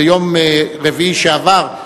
ביום רביעי שעבר,